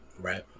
Right